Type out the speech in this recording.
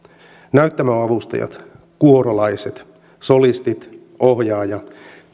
näyttämöavustajat kuorolaiset solistit ohjaaja